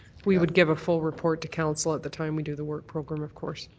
we would give a full report to council at the time we do the work program, of course.